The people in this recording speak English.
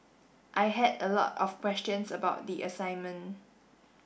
I had a lot of questions about the assignment